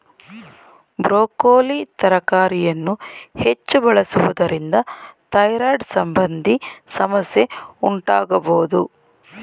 broccoli ತರಕಾರಿಯನ್ನು ಹೆಚ್ಚು ಬಳಸುವುದರಿಂದ ಥೈರಾಯ್ಡ್ ಸಂಬಂಧಿ ಸಮಸ್ಯೆ ಉಂಟಾಗಬೋದು